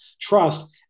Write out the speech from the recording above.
trust